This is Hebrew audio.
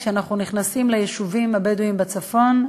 כשאנחנו נכנסים ליישובים הבדואיים בצפון,